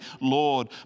Lord